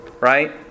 right